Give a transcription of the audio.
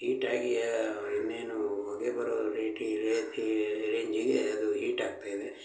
ಹೀಟಾಗಿ ಇನ್ನೇನು ಹೊಗೆ ಬರೋ ರೇಟಿಗೆ ರೇತಿಗೆ ರೇಂಜಿಗೆ ಅದು ಹೀಟ್ ಆಗ್ತಾ ಇದೆ